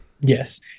yes